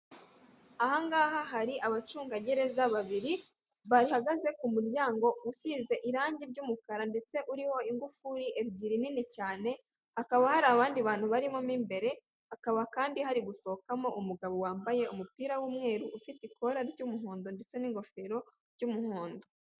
Ahangaha hari abacungagereza babiri bahagaze ku muryango usize irangi ry'umukara ndetse uriho ingufunguri ebyiri nini cyane hakaba hari abantu barimo imbere hakaba harigusohokamo umugabo wambaye umupira w'umweru ufite ikora ry'umuhondo ndetse n'ingofero y'umuhondo.